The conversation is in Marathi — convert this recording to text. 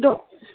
दो